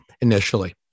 initially